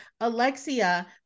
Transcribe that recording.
Alexia